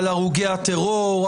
-- על הרוגי הטרור,